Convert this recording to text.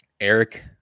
Eric